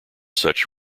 such